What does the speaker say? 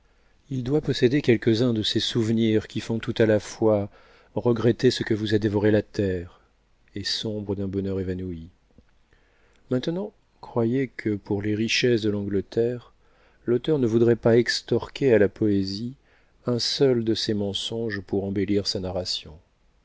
il doit posséder quelques-uns de ces souvenirs qui font tout à la fois regretter ce que vous a dévoré la terre et sourire d'un bonheur évanoui maintenant croyez que pour les richesses de l'angleterre l'auteur ne voudrait pas extorquer à la poésie un seul de ses mensonges pour embellir sa narration